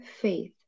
faith